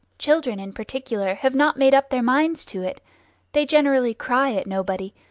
children in particular have not made up their minds to it they generally cry at nobody,